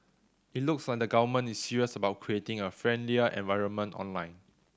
it looks like the Government is serious about creating a friendlier environment online